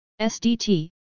SDT